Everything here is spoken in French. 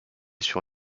sur